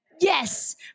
Yes